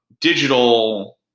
digital